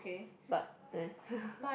but eh